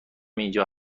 اینجا